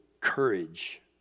courage